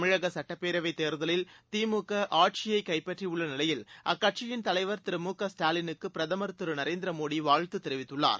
தமிழக சட்டப்பேரவைத் தேர்தலில் திமுக ஆட்சியை கைப்பற்றியுள்ள நிலையில் அக்கட்சியின் தலைவர் திரு மு க ஸ்டாலினுக்கு பிரதமர் திரு நரேந்திர மோதி வாழ்த்து தெரிவித்துள்ளார்